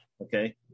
Okay